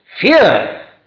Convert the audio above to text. Fear